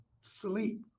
sleep